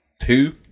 two